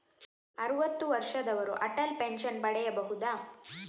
ಅರುವತ್ತು ವರ್ಷದವರು ಅಟಲ್ ಪೆನ್ಷನ್ ಪಡೆಯಬಹುದ?